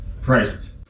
priced